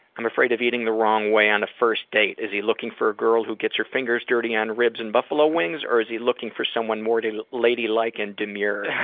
i'm afraid of eating the wrong way on a first date. is he looking for a girl who gets her fingers dirty on ribs and buffalo wings or is he looking for someone more lady like and demure?